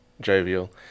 jovial